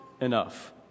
enough